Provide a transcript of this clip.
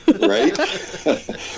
Right